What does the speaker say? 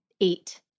eight